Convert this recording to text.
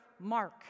Mark